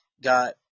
got